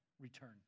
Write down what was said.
return